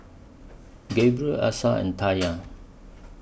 Gabriel Asa and Tayla